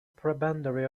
prebendary